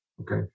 Okay